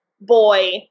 boy